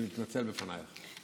אני מתנצל בפניך.